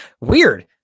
Weird